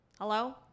Hello